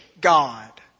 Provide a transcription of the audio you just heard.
God